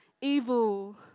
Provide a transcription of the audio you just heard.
evil